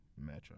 matchup